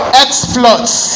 exploits